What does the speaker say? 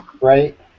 right